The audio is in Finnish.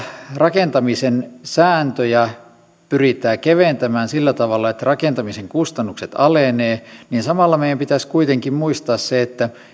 rakentamisen sääntöjä pyritään keventämään sillä tavalla että rakentamisen kustannukset alenevat meidän pitäisi kuitenkin muistaa se että